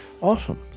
Awesome